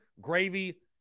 gravy